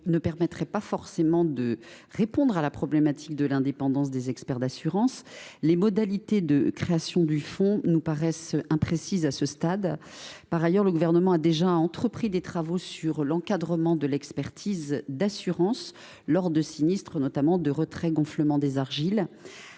ne permettrait pas forcément de répondre à la problématique de l’indépendance des experts d’assurance. Les modalités de création de ce fonds nous paraissent imprécises à ce stade. Par ailleurs, le Gouvernement a déjà engagé des travaux portant sur l’encadrement de l’expertise d’assurance lors de sinistres, notamment en cas de retrait gonflement des argiles,